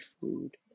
food